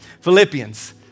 Philippians